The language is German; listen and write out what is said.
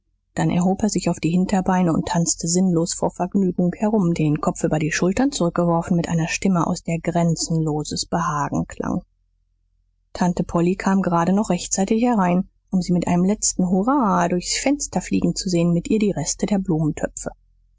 dann erhob er sich auf die hinterbeine und tanzte sinnlos vor vergnügen herum den kopf über die schultern zurückgeworfen mit einer stimme aus der grenzenloses behagen klang tante polly kam gerade noch rechtzeitig herein um sie mit einem letzten hurra durchs fenster fliegen zu sehen mit ihr die reste der blumentöpfe